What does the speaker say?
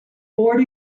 board